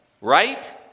right